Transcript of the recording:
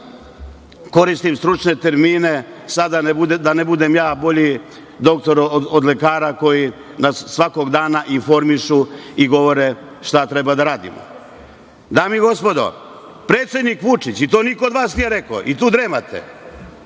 koristim stručne termine i da ne budem ja bolji doktor od lekara koji nas svakog dana informišu i govore šta treba da radimo. Dame i gospodo, predsednik Vučić, i to niko od vas nije rekao, i tu dremate,